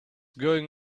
going